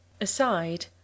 Aside—